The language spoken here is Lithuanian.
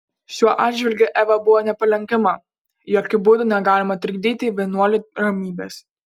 šiuo atžvilgiu eva buvo nepalenkiama jokiu būdu negalima trikdyti vienuolių ramybės